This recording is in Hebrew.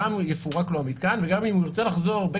גם יפורק לו המתקן וגם אם הוא ירצה לחזור חזרה